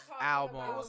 album